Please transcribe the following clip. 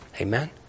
amen